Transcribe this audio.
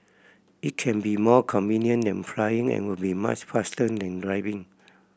it can be more convenient than flying and will be much faster than driving